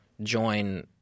join